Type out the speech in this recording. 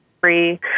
free